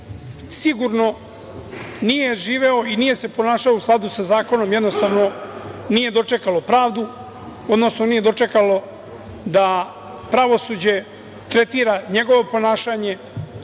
sigurno nije živeo i nije se ponašao u skladu sa zakonom, jednostavno nije dočekalo pravdu, odnosno nije dočekalo da pravosuđe tretira njegovo ponašanje